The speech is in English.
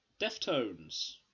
deftones